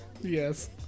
Yes